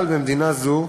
אבל במדינה זו,